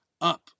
up